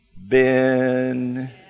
Ben